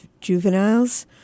Juveniles